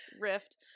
rift